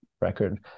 record